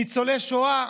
ניצולי שואה,